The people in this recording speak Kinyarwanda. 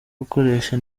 gukoresha